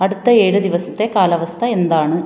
അടുത്ത ഏഴ് ദിവസത്തെ കാലാവസ്ഥ എന്താണ്